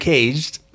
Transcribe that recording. Caged